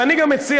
ואני גם מציע,